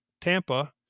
tampa